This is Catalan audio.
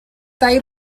tall